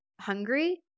hungry